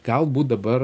galbūt dabar